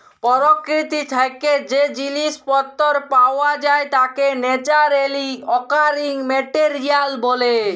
পরকিতি থ্যাকে যে জিলিস পত্তর পাওয়া যায় তাকে ন্যাচারালি অকারিং মেটেরিয়াল ব্যলে